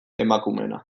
emakumeena